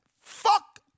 fuck